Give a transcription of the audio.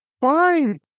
Fine